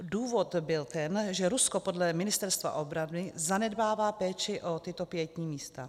Důvod byl ten, že Rusko podle Ministerstva obrany zanedbává péči o tato pietní místa.